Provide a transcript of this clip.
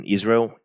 Israel